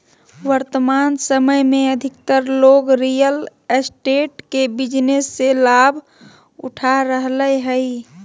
वर्तमान समय में अधिकतर लोग रियल एस्टेट के बिजनेस से लाभ उठा रहलय हइ